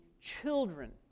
children